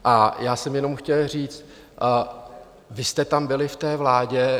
A já jsem jenom chtěl říct, vy jste tam byli v té vládě.